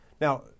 Now